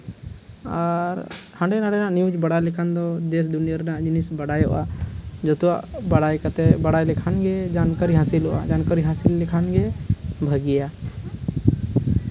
ᱟᱨ ᱦᱟᱸᱰᱮ ᱱᱟᱰᱮᱱᱟᱜ ᱱᱤᱭᱩᱥ ᱵᱟᱲᱟᱭ ᱞᱮᱠᱷᱟᱱ ᱫᱚ ᱫᱮᱹᱥ ᱫᱩᱱᱤᱭᱟᱹ ᱨᱮᱭᱟᱜ ᱡᱤᱱᱤᱥ ᱵᱟᱲᱟᱭᱚᱜᱼᱟ ᱡᱚᱛᱚᱣᱟᱜ ᱵᱟᱲᱟᱭ ᱠᱟᱛᱮᱫ ᱵᱟᱲᱟᱭ ᱞᱮᱠᱷᱟᱱ ᱜᱮ ᱡᱟᱱᱠᱟᱨᱤ ᱦᱟᱹᱥᱤᱞᱚᱜᱼᱟ ᱡᱟᱱᱠᱟᱨᱤ ᱦᱟᱹᱥᱤᱞ ᱞᱮᱱᱠᱷᱟᱱ ᱜᱮ ᱵᱷᱟᱹᱜᱤᱭᱟ